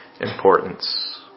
importance